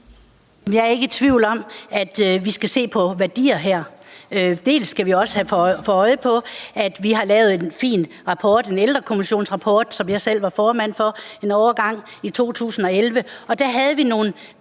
Jeg er ikke i tvivl om, at vi skal se på værdier her. Vi skal også have for øje, at vi har lavet en fin rapport, en ældrekommissionsrapport – Ældrekommissionen var jeg selv formand for en overgang i 2011 – og i den beskrev vi nogle